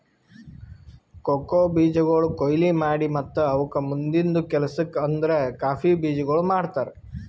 cocoa ಬೀಜಗೊಳ್ ಕೊಯ್ಲಿ ಮಾಡಿ ಮತ್ತ ಅವುಕ್ ಮುಂದಿಂದು ಕೆಲಸಕ್ ಅಂದುರ್ ಕಾಫಿ ಬೀಜಗೊಳ್ ಮಾಡ್ತಾರ್